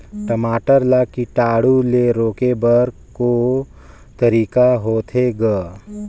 टमाटर ला कीटाणु ले रोके बर को तरीका होथे ग?